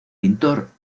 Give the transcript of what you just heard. pintor